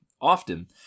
Often